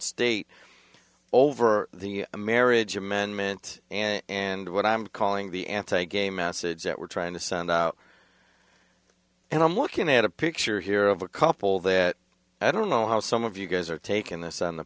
state over the a marriage amendment and what i'm calling the anti gay message that we're trying to send out and i'm looking at a picture here of a couple that i don't know how some of you guys are taking this on the